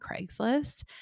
Craigslist